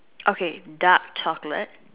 okay dark chocolate